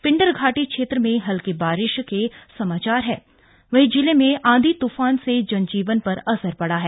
पिंडर घाटी क्षेत्र में हल्की बारिश के समाचार हैं वहीं जिले में आंधी तूफान से जन जीवन पर असर पड़ा है